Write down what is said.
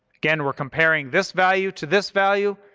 again, we're comparing this value to this value.